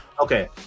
okay